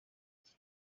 mijyi